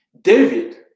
David